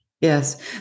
yes